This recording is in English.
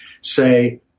say